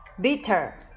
Bitter